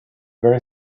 very